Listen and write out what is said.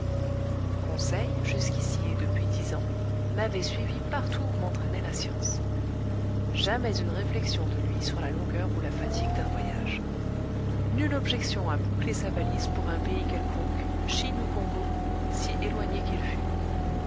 conseil jusqu'ici et depuis dix ans m'avait suivi partout où m'entraînait la science jamais une réflexion de lui sur la longueur ou la fatigue d'un voyage nulle objection à boucler sa valise pour un pays quelconque chine ou congo si éloigné qu'il fût